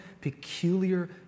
peculiar